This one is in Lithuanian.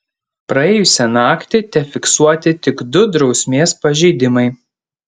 praėjusią naktį tefiksuoti tik du drausmės pažeidimai